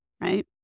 right